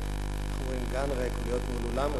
איך אומרים, גן ריק, או להיות מול אולם ריק.